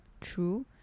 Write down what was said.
true